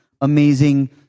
amazing